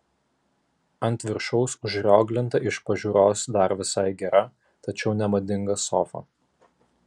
ant viršaus užrioglinta iš pažiūros dar visai gera tačiau nemadinga sofa